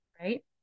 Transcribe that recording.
right